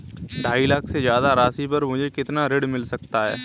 ढाई लाख से ज्यादा राशि पर मुझे कितना ऋण मिल सकता है?